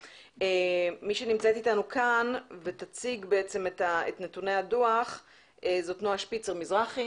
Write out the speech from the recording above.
מי שנמצאת אתנו כאן ותציג את נתוני הדוח זאת נועה שפיצר מזרחי,